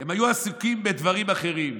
"הם היו עסוקים בדברים אחרים".